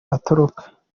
atoroka